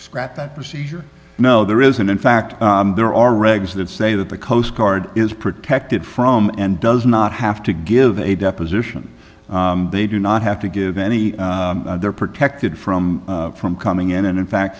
scrap that procedure no there isn't in fact there are regs that say that the coast guard is protected from and does not have to give a deposition they do not have to give any they're protected from from coming in and in fact